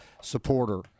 supporter